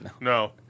No